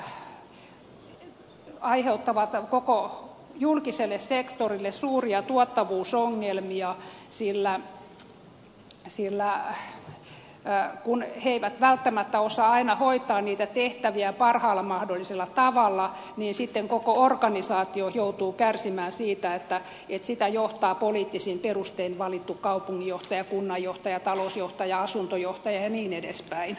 ne aiheuttavat koko julkiselle sektorille suuria tuottavuusongelmia sillä kun he eivät välttämättä osaa aina hoitaa niitä tehtäviä parhaalla mahdollisella tavalla niin sitten koko organisaatio joutuu kärsimään siitä että sitä johtaa poliittisin perustein valittu kaupunginjohtaja kunnanjohtaja talousjohtaja asuntojohtaja ja niin edelleen